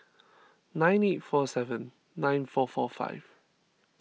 nine eight four seven nine four four five